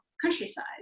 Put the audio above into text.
countryside